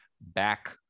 back